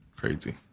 Crazy